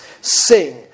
Sing